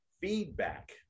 feedback